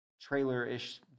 trailer-ish